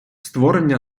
створення